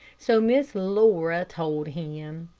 so miss laura told him.